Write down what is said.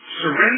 surrender